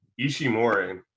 Ishimori